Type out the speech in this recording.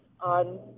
on